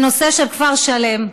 בנושא של כפר שלם.